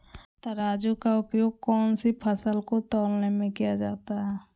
तराजू का उपयोग कौन सी फसल को तौलने में किया जाता है?